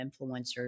influencers